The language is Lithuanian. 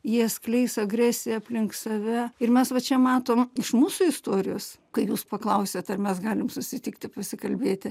jie skleis agresiją aplink save ir mes va čia matom iš mūsų istorijos kai jūs paklausėt ar mes galim susitikti pasikalbėti